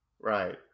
Right